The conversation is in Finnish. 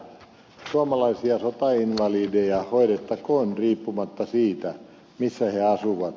suomalaisia sotainvalideja hoidettakoon riippumatta siitä missä he asuvat